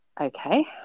Okay